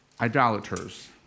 idolaters